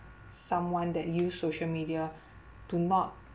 someone that use social media to not